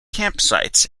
campsites